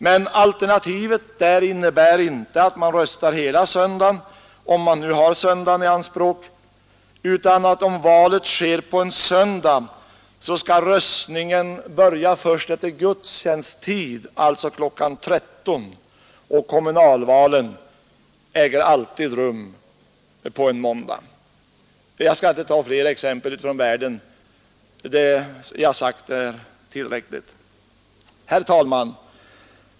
Men alternativet där innebär inte att folk röstar hela söndagen, om man nu tar söndagen i anspråk, utan om valet sker på en söndag, skall röstningen börja först efter gudstjänsttid, alltså kl. 13. Kommunalvalen äger alltid rum på en måndag. Jag skall inte ta fler exempel utifrån världen. Det jag har sagt är tillräckligt. Herr talman!